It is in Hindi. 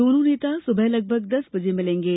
दोनों नेता सुबह लगभग दस बजे मिलेंगे